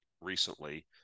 recently